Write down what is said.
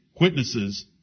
witnesses